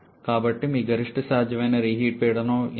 కాబట్టి మీ గరిష్ట సాధ్యమైన రీహీట్ పీడనం ఎంత